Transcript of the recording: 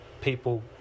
people